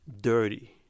dirty